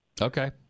Okay